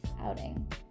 outing